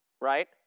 Right